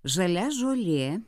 žalia žolė